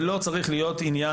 זה לא צריך להיות עניין,